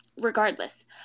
Regardless